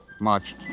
marched